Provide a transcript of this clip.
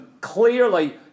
clearly